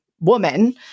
woman